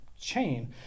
chain